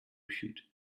shoot